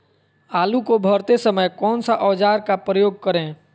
आलू को भरते समय कौन सा औजार का प्रयोग करें?